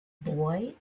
boy